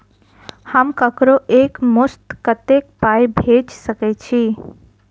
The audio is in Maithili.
हम ककरो एक मुस्त कत्तेक पाई भेजि सकय छी?